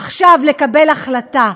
עכשיו, לקבל החלטה,